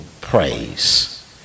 praise